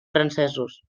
francesos